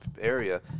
area